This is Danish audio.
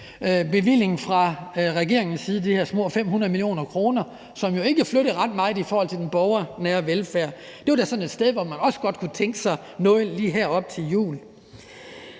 bevilling fra regeringens side, altså de her små 500 mio. kr., som jo ikke flyttede ret meget i forhold til den borgernære velfærd. Det var da sådan et sted, hvor man også godt kunne tænke sig noget lige her op til jul.